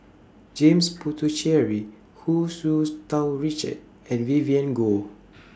James Puthucheary Hu Tsu Tau Richard and Vivien Goh